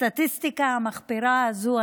הסטטיסטיקה המחפירה הזו,